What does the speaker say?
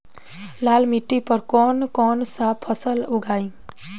लाल मिट्टी पर कौन कौनसा फसल उगाई?